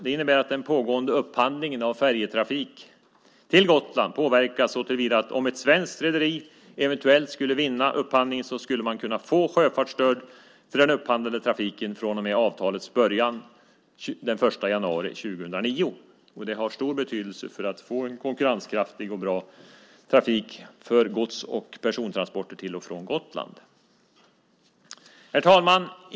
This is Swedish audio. Det innebär att den pågående upphandlingen av färjetrafik till Gotland påverkas såtillvida att om ett svenskt rederi eventuellt skulle vinna upphandlingen skulle man kunna få sjöfartsstöd för den upphandlade trafiken från och med avtalets början den 1 januari 2009. Det har stor betydelse för att vi ska få en konkurrenskraftig och bra trafik för gods och persontransporter till och från Gotland. Herr talman!